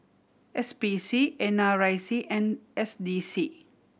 S P C N R I C and S D C